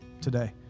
today